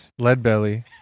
Leadbelly